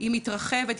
היא מתרחבת,